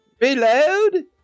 reload